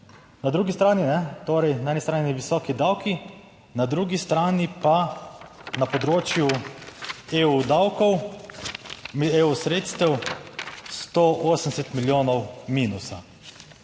Na drugi strani, torej na eni strani visoki davki, na drugi strani pa na področju EU davkov, EU sredstev, 180 milijonov minusa,